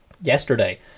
yesterday